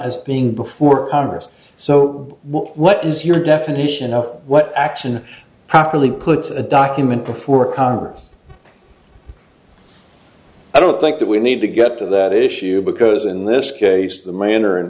as being before congress so what is your definition of what action properly puts a document before congress i don't think that we need to get to that issue because in this case the manner in